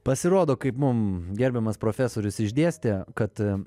pasirodo kaip mum gerbiamas profesorius išdėstė kad